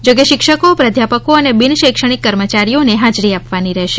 જો કે શિક્ષકો પ્રાધ્યાપકો અને બિન શૈક્ષણિક કર્મચારીઓને હાજરી આપવાની રહેશે